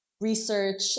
research